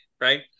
right